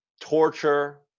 torture